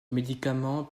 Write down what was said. médicament